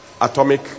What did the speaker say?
Atomic